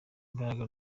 imbaraga